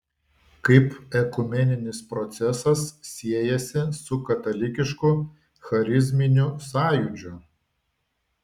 kaip ekumeninis procesas siejasi su katalikišku charizminiu sąjūdžiu